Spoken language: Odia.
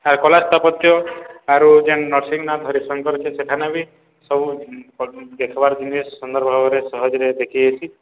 ଆର୍ କଲାସ୍ତାପତ୍ୟ ଆରୁ ଯେନ୍ ନର୍ସିଂନାଥ୍ ହରିଶଙ୍କର ଅଛେ ସେଠାନେ ବି ସବୁ ଦେଖ୍ବାର୍ ଜିନିଷ୍ ସୁନ୍ଦର୍ ଭାବରେ ସହଜ୍ରେ ଦେଖିହେସି